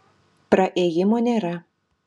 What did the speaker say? praėjimo nėra